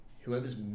whoever's